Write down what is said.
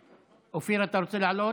אופיר, אתה רוצה לעלות?